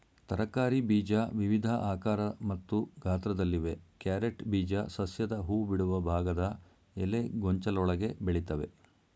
ತರಕಾರಿ ಬೀಜ ವಿವಿಧ ಆಕಾರ ಮತ್ತು ಗಾತ್ರದಲ್ಲಿವೆ ಕ್ಯಾರೆಟ್ ಬೀಜ ಸಸ್ಯದ ಹೂಬಿಡುವ ಭಾಗದ ಎಲೆಗೊಂಚಲೊಳಗೆ ಬೆಳಿತವೆ